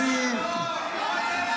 לא יעזור לך.